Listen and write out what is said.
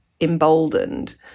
emboldened